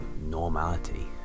normality